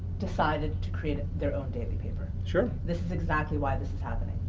decided to create ah their own daily-paper. sure. this is exactly why this is happening.